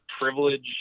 privilege